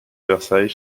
versailles